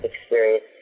experience